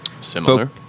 Similar